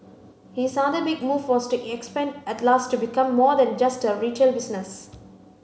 his other big move was to expand Atlas to become more than just a retail business